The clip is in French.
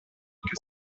que